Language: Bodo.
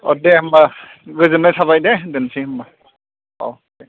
अ दे होनबा गोजोननाय थाबाय दे दोननोसै होनबा औ दे